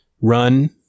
run